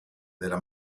della